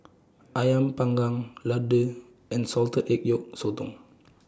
Ayam Panggang Laddu and Salted Egg Yolk Sotong